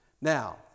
Now